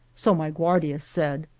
so my guardias said.